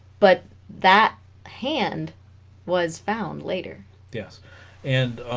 but that hand was found later yes and